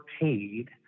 paid